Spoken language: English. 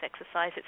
exercise